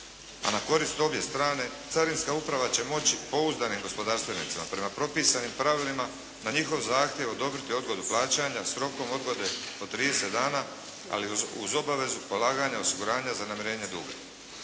a na korist obje strane carinska uprava će moći pouzdanim gospodarstvenicima prema propisanim pravilima, na njihov zahtjev odobriti odgodu plaćanja s rokom odgode od 30 dana, ali uz obavezu polaganja osiguranja za namirenje duga.